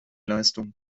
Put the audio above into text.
leistung